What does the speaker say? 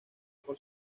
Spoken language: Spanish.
por